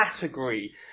category